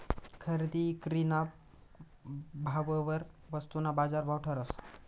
खरेदी ईक्रीना भाववर वस्तूना बाजारभाव ठरस